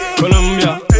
Colombia